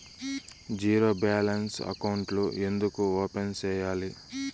zero balance అకౌంట్లు ఎందుకు open సేయాలి